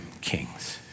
kings